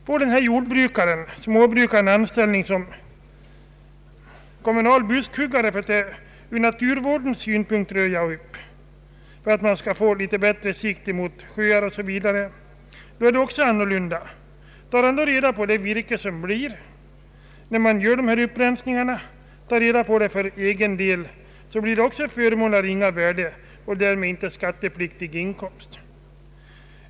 Om denne jordbrukare eller småbrukare får anställning som ”kommunal buskhuggare” för att ur naturvårdssynpunkt röja upp så att det blir litet bättre sikt mot t.ex. en sjö ställer det sig annorlunda. Tar han reda på det skräpvirke som blir vid dessa upprensningar och använder det för egen del så utgör det en förmån av ringa värde och därmed icke skattepliktig inkomst.